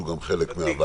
שהוא גם חלק מהוועדה,